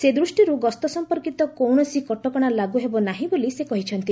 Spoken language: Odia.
ସେହି ଦୃଷ୍ଟିର ଗସ୍ତ ସଂପର୍କିତ କୌଣସି କଟକଣା ଲାଗୁ ହେବନାହିଁ ବୋଲି ସେ କହିଛନ୍ତି